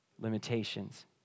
limitations